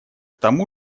тому